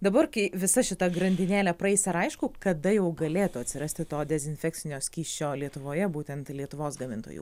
dabar kai visa šita grandinėlė praeis ar aišku kada jau galėtų atsirasti to dezinfekcinio skysčio lietuvoje būtent lietuvos gamintojų